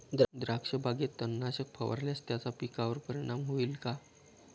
द्राक्षबागेत तणनाशक फवारल्यास त्याचा परिणाम पिकावर होईल का?